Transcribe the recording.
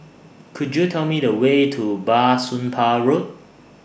Could YOU Tell Me The Way to Bah Soon Pah Road